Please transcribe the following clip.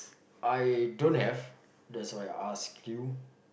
I don't have that's why I ask you